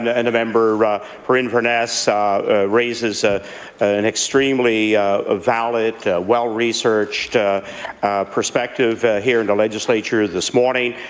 the and member for inverness ah raises ah an extremely ah valid, well-researched perspective here and legislature this morning.